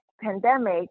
pandemic